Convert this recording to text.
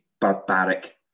barbaric